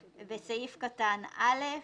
סעיף קטן (א):